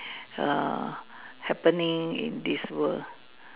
err happening in this world